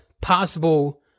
possible